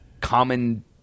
common